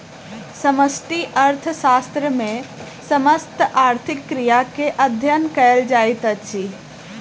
समष्टि अर्थशास्त्र मे समस्त आर्थिक क्रिया के अध्ययन कयल जाइत अछि